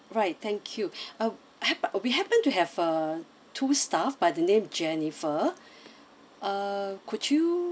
right thank you uh but we happen to have uh two staff by the name jennifer uh could you